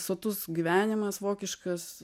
sotus gyvenimas vokiškas